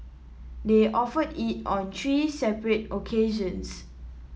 they offered it on three separate occasions